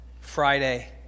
Friday